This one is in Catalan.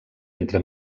entre